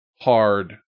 hard